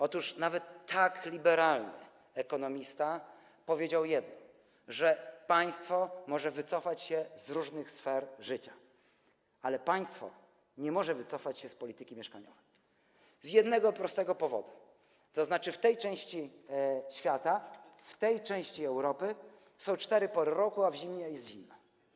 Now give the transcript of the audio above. Otóż nawet tak liberalny ekonomista powiedział, że państwo może wycofać się z różnych sfer życia, ale państwo nie może wycofać się z polityki mieszkaniowej z jednego prostego powodu: w tej części świata, w tej części Europy są cztery pory roku, a zimą jest zimno.